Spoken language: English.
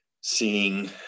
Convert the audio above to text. seeing